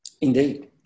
Indeed